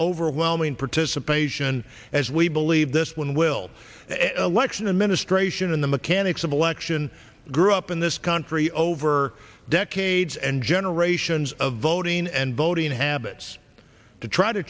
overwhelming participation as we believe this one will lection administration in the mechanics of election grew up in this country over deck aides and generations of voting and voting habits to try to